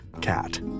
cat